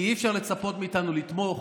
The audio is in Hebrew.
כי אי-אפשר לצפות מאיתנו לתמוך